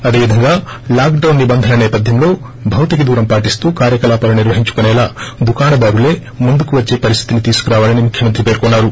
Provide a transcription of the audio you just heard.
అదే విధంగా లాక్డొన్ నిబంధనల నేపథ్యంలో భౌతిక దూరం పాటిస్తూ కార్యకలాపాలు నిర్వహించుకునేలా దుకాణదారులే ముందుకు వచ్చే పరిస్థితిని తీసుకురావాలని ముఖ్యమంత్రి పేర్కొన్నారు